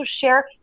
share